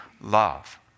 love